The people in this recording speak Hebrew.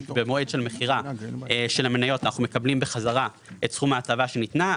במועד של מכירה של המניות אנחנו מקבלים בחזרה את סכום ההטבה שניתנה,